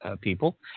people